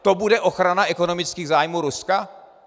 To bude ochrana ekonomických zájmů Ruska?